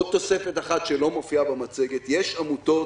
עוד תוספת אחת שלא מופיעה במצגת, יש עמותות